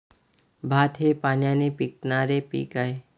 भात हे पाण्याने पिकणारे पीक आहे